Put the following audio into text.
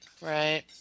right